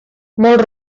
molt